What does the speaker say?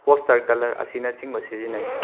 poster colour ꯑꯁꯤꯅ ꯆꯤꯡꯕ ꯁꯤꯖꯤꯟꯅꯩ